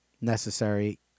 necessary